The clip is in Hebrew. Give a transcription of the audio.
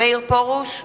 מאיר פרוש,